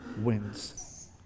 wins